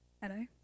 Hello